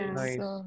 nice